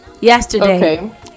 yesterday